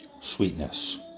sweetness